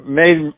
made